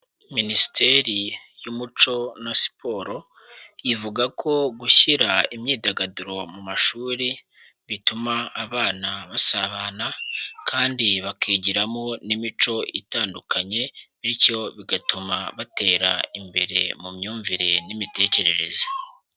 Minisiteri y'Umuco na Siporo, ivuga ko gushyira imyidagaduro mu mashuri bituma abana basabana kandi bakigiramo n'imico itandukanye, bityo bigatuma batera imbere mu myumvire n'imitekerereze.